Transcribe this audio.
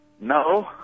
No